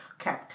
Okay